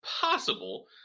possible